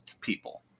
people